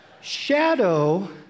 shadow